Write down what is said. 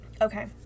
Okay